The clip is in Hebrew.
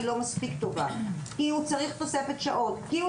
היא לא מספיק טובה; כי הוא צריך תוספת שעות; או כי הוא